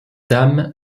dame